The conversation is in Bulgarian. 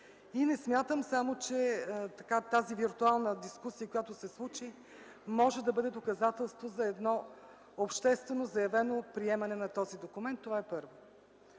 и не смятам, че само тази виртуална дискусия, която се случи, може да бъде доказателство за едно обществено заявено приемане на този документ – това първо.